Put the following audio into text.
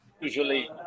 usually